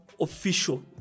official